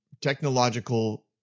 technological